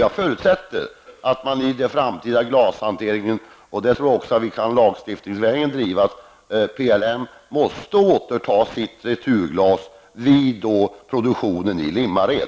Jag förutsätter att PLM i den framtida glashanteringen, och det tror jag också att vi lagstiftningsvägen kan genomdriva, måste återta sitt returglas vid produktionen i Limmared.